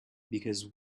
because